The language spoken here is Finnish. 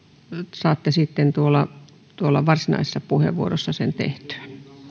saatte sitten tuolla tuolla varsinaisessa puheenvuorossa sen tehtyä